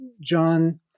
John